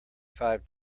five